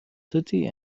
city